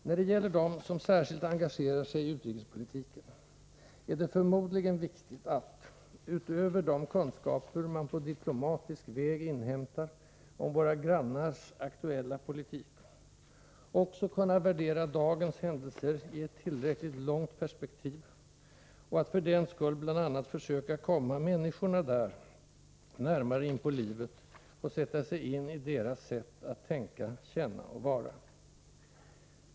När det gäller dem som särskilt engagerar sig i utrikespolitiken är det förmodligen viktigt att — utöver de kunskaper man på diplomatisk väg inhämtar om våra grannars aktuella politik — också kunna värdera dagens händelser i ett tillräckligt långt perspektiv och att för den skull bl.a. försöka komma människorna där närmare in på livet och sätta sig in i deras sätt att tänka, känna och vara.